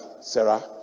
Sarah